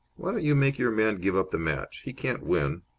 why don't you make your man give up the match? he can't win.